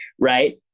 right